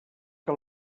que